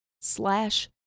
slash